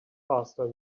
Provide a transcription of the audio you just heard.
faster